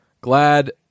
Glad